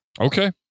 Okay